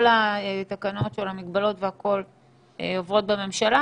כל התקנות עוברות בממשלה.